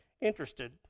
interested